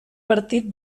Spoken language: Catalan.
partit